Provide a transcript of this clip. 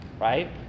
right